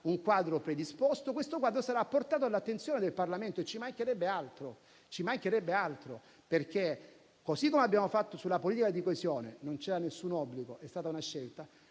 sarà predisposto, sarà portato all'attenzione del Parlamento, ci mancherebbe altro perché, così come abbiamo fatto sulla politica di coesione - non c'era nessun obbligo, è stata una scelta